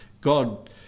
God